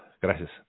gracias